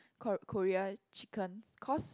kor~ Korea chickens cause